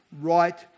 right